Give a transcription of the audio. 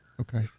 Okay